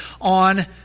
on